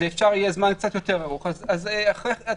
ואפשר יהיה זמן קצת יותר ארוך,